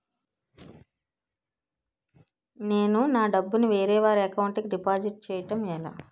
నేను నా డబ్బు ని వేరే వారి అకౌంట్ కు డిపాజిట్చే యడం ఎలా?